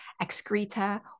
excreta